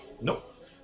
Nope